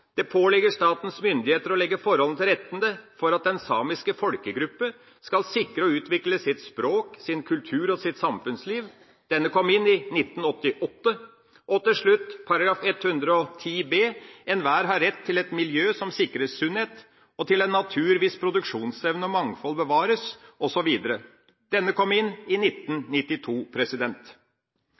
«Det påligger statens myndigheter å legge forholdene til rette for at den samiske folkegruppe kan sikre og utvikle sitt språk, sin kultur og sitt samfunnsliv.» Denne kom inn i 1988. Og til slutt § 110 b: «Enhver har rett til et miljø som sikrer sunnhet, og til en natur hvis produksjonsevne og mangfold bevares. Denne kom inn i 1992.